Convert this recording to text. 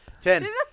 Ten